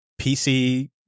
PC